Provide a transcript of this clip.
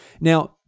Now